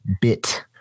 bit